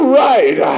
right